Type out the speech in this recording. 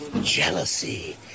jealousy